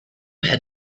had